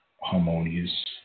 harmonious